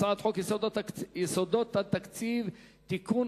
הצעת חוק יסודות התקציב (תיקון,